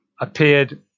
appeared